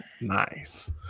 Nice